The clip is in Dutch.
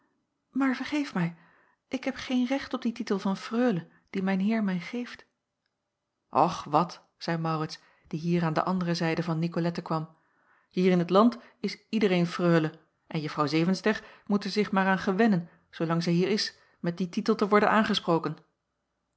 maar vergeef mij ik heb geen recht op dien titel van freule dien mijn heer mij geeft och wat zeî maurits die hier aan de andere zijde van nicolette kwam hier in t land is iedereen freule en juffrouw zevenster moet er zich maar aan gewennen zoolang zij hier is met dien titel te worden aangesproken